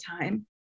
time